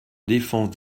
défense